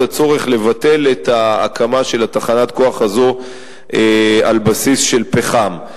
הצורך לבטל את ההקמה של תחנת הכוח הזאת על בסיס של פחם.